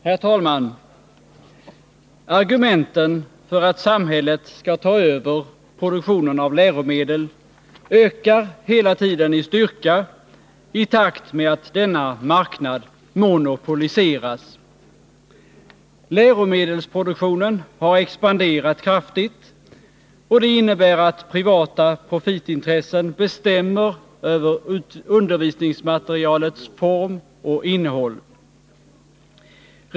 Herr talman! Argumenten för att samhället skall ta över produktionen av läromedel ökar hela tiden i styrka i takt med att denna marknad monopoliseras. Läromedelsproduktionen har expanderat kraftigt, och det innebär att privata intressen bestämmer över undervisningsmaterialets form och innehåll.